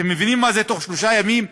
אתם מבינים מה זה בתוך שלושה ימים?